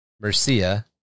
Mercia